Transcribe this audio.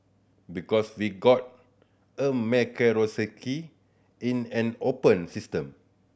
because we got a meritocracy in an open system